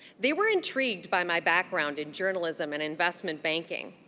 they were intrigued by my background in journalism and investment banking.